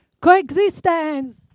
coexistence